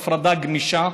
להפרדה גמישה.